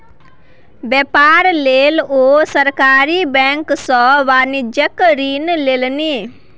बेपार लेल ओ सरकारी बैंक सँ वाणिज्यिक ऋण लेलनि